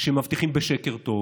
שמבטיחים בשקר טוב.